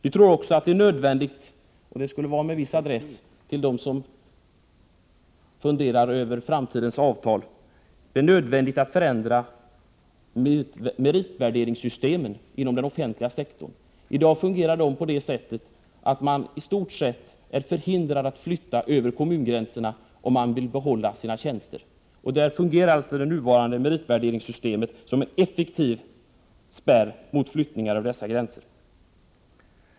Vi tror också — och detta sägs med adress till dem som funderar över framtidens avtal — att det är nödvändigt att förändra meritvärderingssystemen inom den offentliga sektorn. I dag fungerar de på ett sådant sätt att de anställda i stort sett är förhindrade att flytta över kommungränserna, om de vill behålla sina tjänster. De nuvarande meritvärderingssystemen fungerar alltså som en effektiv spärr mot flyttningar över dessa gränser.